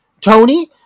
Tony